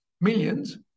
millions